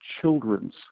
children's